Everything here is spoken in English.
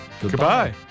goodbye